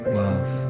love